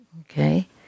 Okay